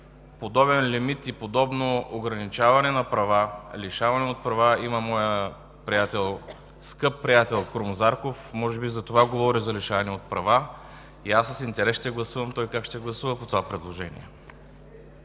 подобен лимит и подобно ограничаване на права, лишаване от права, има моя скъп приятел Крум Зарков. Може би затова говори за лишаване от права. Аз с интерес ще гледам той как ще гласува по това предложение.